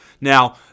Now